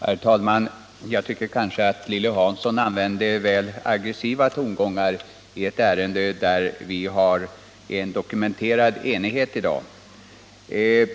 Herr talman! Jag tycker att Lilly Hansson använde väl aggressiva tongångar i ett ärende där vi har dokumenterad enighet i dag.